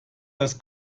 das